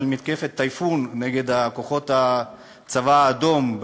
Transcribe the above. מתקפת "טייפון" נגד כוחות הצבא האדום,